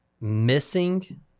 missing